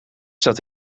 staat